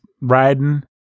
riding